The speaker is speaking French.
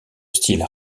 style